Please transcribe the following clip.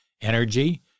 energy